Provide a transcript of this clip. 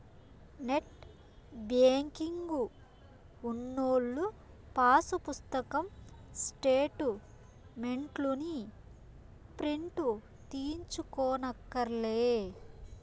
net banking ఉన్నోల్లు pass పుస్తకం స్టేటు మెంట్లుని ప్రింటు తీయించుకోనక్కర్లే